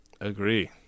Agree